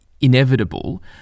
inevitable